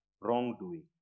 wrongdoing